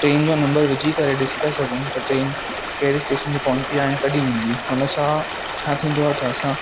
train जो number विझी करे ॾिसी था सघूं त ट्रेन कहिड़े स्टेशन ते पहुती आहे ऐं कॾहिं ईंदी हुन सां छा थींदो आहे त असां